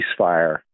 ceasefire